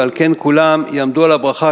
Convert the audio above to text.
ועל כן כולם יבואו על הברכה,